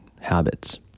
habits